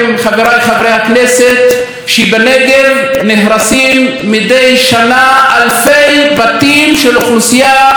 שבנגב נהרסים מדי שנה אלפי בתים של אוכלוסייה אזרחית בכפרים הלא-מוכרים,